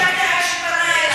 אני שתקתי עד שהוא שפנה אלי.